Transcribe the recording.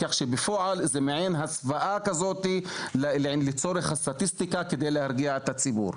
כך שבפועל זה מעין הסוואה כזאת לצורך הסטטיסטיקה כדי להרגיע את הציבור.